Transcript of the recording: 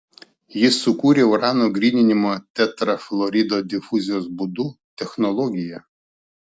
jis sukūrė urano gryninimo tetrafluorido difuzijos būdu technologiją